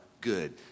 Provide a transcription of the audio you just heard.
good